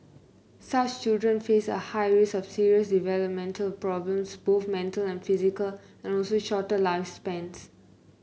such children face a high risk of serious developmental problems both mental and physical and also shorter lifespans